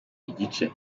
igice